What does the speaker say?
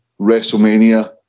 WrestleMania